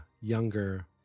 younger